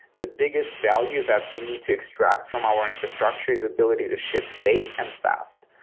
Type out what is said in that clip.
the biggest value that we need to extract from our infrastructure is ability to ship safe and fast.